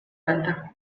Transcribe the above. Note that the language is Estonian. öelda